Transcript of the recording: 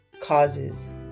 causes